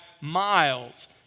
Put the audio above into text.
miles